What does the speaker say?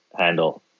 handle